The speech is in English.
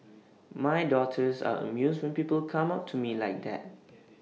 my daughters are amused when people come up to me like that